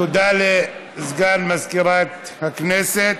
תודה לסגן מזכירת הכנסת.